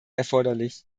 erforderlich